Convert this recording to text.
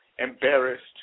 Embarrassed